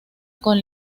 con